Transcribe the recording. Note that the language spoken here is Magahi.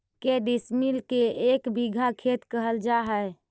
के डिसमिल के एक बिघा खेत कहल जा है?